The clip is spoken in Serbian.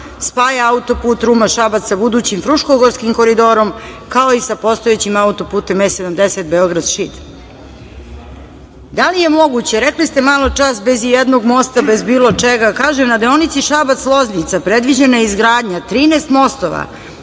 spaja auto-put Ruma – Šabac sa budućim Fruškogorskim koridorom, kao i sa postojećim auto-putem E70 Beograd – Šid. Da li je moguće, rekli ste maločas bez ijednog mosta, bez bilo čega? Na deonici Šabac – Loznica predviđena je izgradnja 13 mostova,